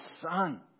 son